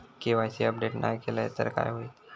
KYC update नाय केलय तर काय होईत?